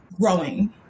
growing